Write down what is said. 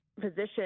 position